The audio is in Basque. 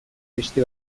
beste